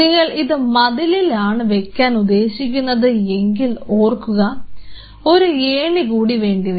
നിങ്ങൾ ഇത് മതിലിലാണ് വെക്കാൻ ഉദ്ദേശിക്കുന്നത് എങ്കിൽ ഓർക്കുക ഒരു ഏണി കൂടി വേണ്ടിവരും